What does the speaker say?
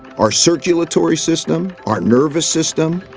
our circulatory system, our nervous system,